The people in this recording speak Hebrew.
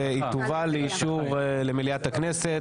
והיא תובא למליאת הכנסת.